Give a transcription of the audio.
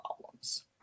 problems